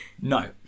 No